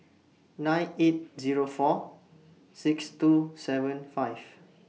nine eight Zero four six two seven five